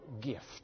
gift